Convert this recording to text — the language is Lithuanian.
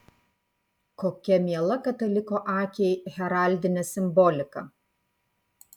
kokia miela kataliko akiai heraldinė simbolika